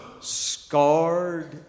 scarred